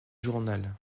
journal